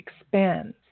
expands